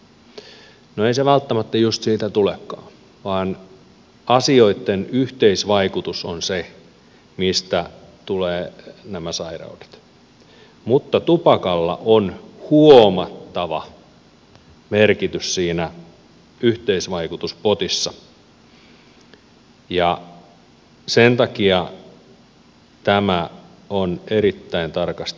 no ei se välttämättä just siitä tulekaan vaan asioitten yhteisvaikutus on se mistä tulevat nämä sairaudet mutta tupakalla on huomattava merkitys siinä yhteisvaikutuspotissa ja sen takia tämä on erittäin tarkasti käsiteltävä asia